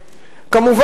זה?